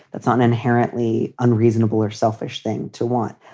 that's an inherently unreasonable or selfish thing to want.